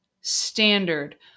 standard